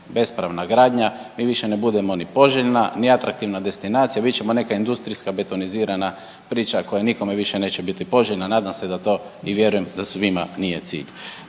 bespravna gradnja mi više ne budemo ni poželjna, ni atraktivna destinacija, bit ćemo neka industrijska betonizirana priča koja nikome više neće biti poželjna. Nadam se da to i vjerujem da svima nije cilj.